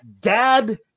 dad